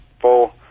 full